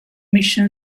mission